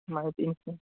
माहिती इन्फॉ